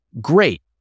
great